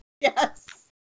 Yes